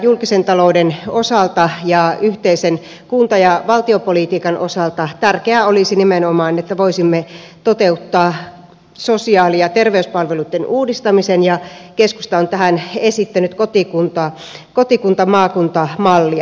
julkisen talouden osalta ja yhteisen kunta ja valtiopolitiikan osalta tärkeää olisi nimenomaan että voisimme toteuttaa sosiaali ja terveyspalveluitten uudistamisen ja keskusta on tähän esittänyt kotikuntamaakunta mallia